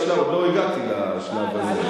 עוד לא הגעתי לשלב הזה.